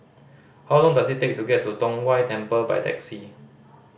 how long does it take to get to Tong Whye Temple by taxi